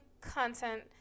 content